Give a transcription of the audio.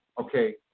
okay